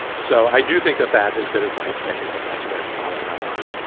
so i do think that that is good advice and i think that that's worth following up on.